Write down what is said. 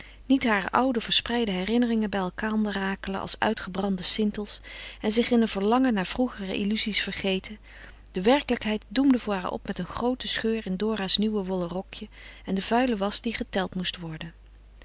niet hare oude verspreide herinneringen bij elkander rakelen als uitgebrande sintels en zich in een verlangen naar vroegere illuzies vergeten de werkelijkheid doemde voor haar op met een groote scheur in dora's nieuw wollen rokje en de vuile wasch die geteld moest worden